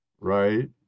Right